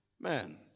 Man